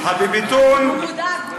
הוא מודאג.